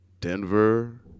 Denver